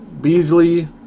Beasley